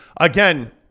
again